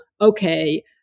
okay